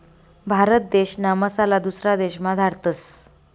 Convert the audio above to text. भारत देशना मसाला दुसरा देशमा धाडतस